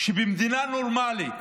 ובמדינה נורמלית,